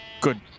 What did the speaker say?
Good